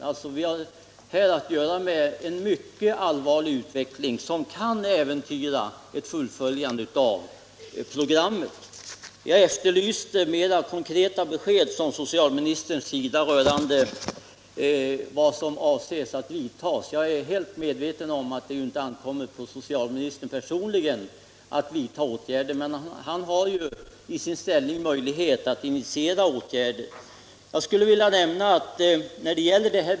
Det gäller alltså en mycket allvarlig utveckling, som kan äventyra ett fullföljande av programmet. Jag efterlyste mera konkreta besked från socialministern om vad man avser att göra. Jag är helt medveten om att det inte ankommer på socialministern personligen att vidta åtgärder. Men han har ju genom sin ställning möjlighet att initiera åtgärder.